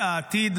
והעתיד,